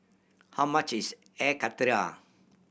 how much is Air Karthira